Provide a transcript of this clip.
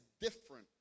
different